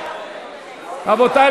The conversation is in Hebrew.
1356,